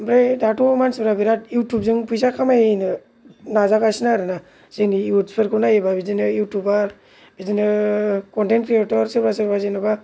ओमफ्राय दाथ' मानसिफोरा बिराद इउटुब जों फैसा खामायनो नाजागासिनो आरोना जोंनि इउथसफोरखौ नायोब्ला बिदिनो इउटुबार बिदिनो कन्टेन ख्रियेटर सोरबा सोरबा जेन'बा